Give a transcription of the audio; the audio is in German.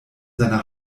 seiner